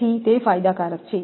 તેથી તે ફાયદાકારક છે